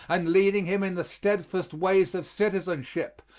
and leading him in the steadfast ways of citizenship,